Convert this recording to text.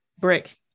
brick